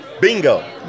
bingo